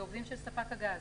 אלה עובדים של ספק הגז,